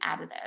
additive